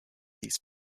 these